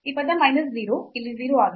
ಈ ಪದ ಮೈನಸ್ 0 ಇಲ್ಲಿ 0 ಆಗಿದೆ